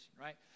right